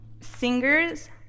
singers